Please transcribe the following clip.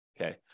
Okay